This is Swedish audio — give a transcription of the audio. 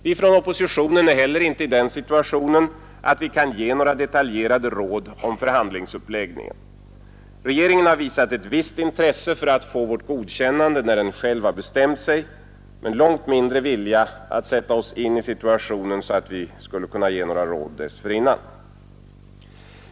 Vi från oppositionen är heller inte i den situationen att vi kan ge några detaljerade råd om förhandlingsuppläggningen. Regeringen har visat ett visst intresse av att få vårt godkännande, när den själv har bestämt sig, men långt mindre någon vilja att sätta oss i den situationen att vi skulle kunna ge några råd dessförinnan.